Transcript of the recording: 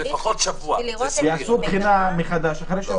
צריך -- שיעשו בחינה מחדש אחרי שבוע.